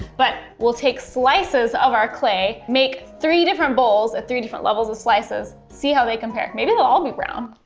but we'll take slices of our clay, make three different bowls at three different levels of slices, see how they compare. maybe they'll all be brown.